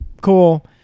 cool